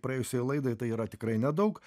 praėjusioj laidoj tai yra tikrai nedaug